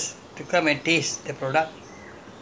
they will have a panel of err